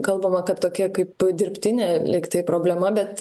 kalbama kad tokia kaip dirbtinė lygtai problema bet